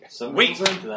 Wait